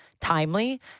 timely